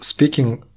Speaking